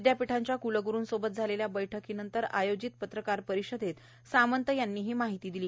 विद्यापीठांच्या क्लग्रूंसोबत झालेल्या बैठकीनंतर आयोजित पत्रकार परिषदेत सामंत यांनी ही माहिती दिली